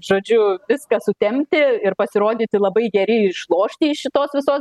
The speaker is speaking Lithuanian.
žodžiu viską sutempti ir pasirodyti labai geri išlošti iš šitos visos